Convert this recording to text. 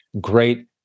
great